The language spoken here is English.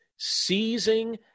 seizing